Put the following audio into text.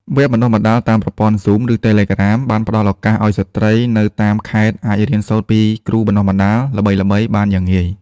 វគ្គបណ្តុះបណ្តាលតាមប្រព័ន្ធ Zoom ឬតេឡេក្រាម បានផ្ដល់ឱកាសឱ្យស្ត្រីនៅតាមខេត្តអាចរៀនសូត្រពីគ្រូបណ្ដុះបណ្ដាលល្បីៗបានយ៉ាងងាយ។